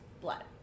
blood